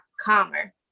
calmer